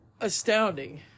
astounding